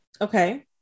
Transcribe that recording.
Okay